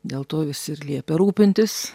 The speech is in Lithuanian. dėl to visi ir liepia rūpintis